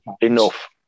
enough